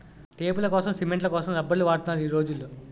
టేపులకోసం, సిమెంట్ల కోసం రబ్బర్లు వాడుతున్నారు ఈ రోజుల్లో